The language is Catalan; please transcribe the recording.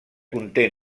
conté